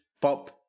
pop